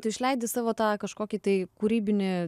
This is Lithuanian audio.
tu išleidi savo tą kažkokį tai kūrybinį